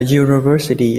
university